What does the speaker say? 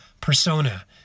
persona